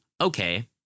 okay